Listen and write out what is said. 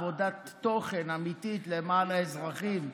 עבודת תוכן אמיתית למען האזרחים,